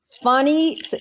funny